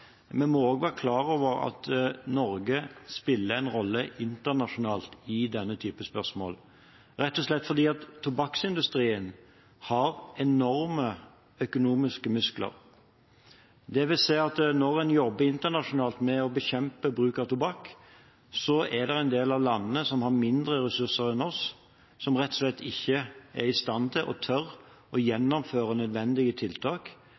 Vi må også være klar over at Norge spiller en rolle internasjonalt i denne typen spørsmål, rett og slett fordi tobakksindustrien har enorme økonomiske muskler. Det vil si at når en jobber internasjonalt med å bekjempe bruk av tobakk, er det en del av landene som har mindre ressurser enn oss og som ikke er i stand til og tør å gjennomføre nødvendige tiltak,